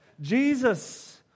Jesus